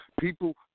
People